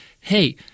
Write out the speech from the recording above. hey